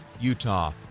Utah